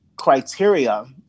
criteria